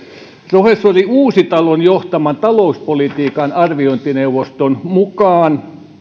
professori uusitalon johtaman talouspolitiikan arviointineuvoston mukaan